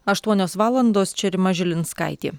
aštuonios valandos čia rima žilinskaitė